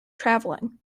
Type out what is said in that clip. travelling